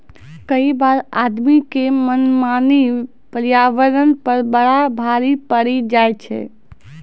कई बार आदमी के मनमानी पर्यावरण पर बड़ा भारी पड़ी जाय छै